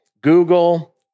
Google